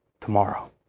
tomorrow